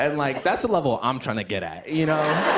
and like, that's a level i'm trying to get at, you know?